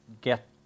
get